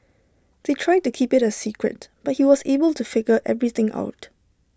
they tried to keep IT A secret but he was able to figure everything out